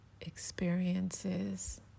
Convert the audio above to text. experiences